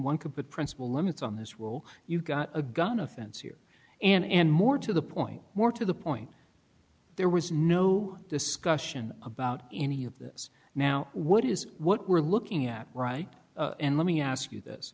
one could put principle limits on this well you've got a gun offense here and more to the point more to the point there was no discussion about any of this now what is what we're looking at right and let me ask you this